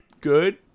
good